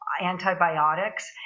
antibiotics